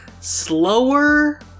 slower